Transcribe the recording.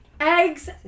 eggs